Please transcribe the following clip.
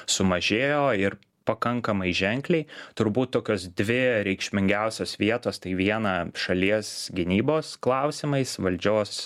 sumažėjo ir pakankamai ženkliai turbūt tokios dvi reikšmingiausios vietos tai viena šalies gynybos klausimais valdžios